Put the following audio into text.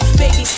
baby